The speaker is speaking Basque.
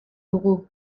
dugu